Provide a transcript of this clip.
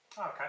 Okay